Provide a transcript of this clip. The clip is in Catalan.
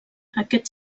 aquest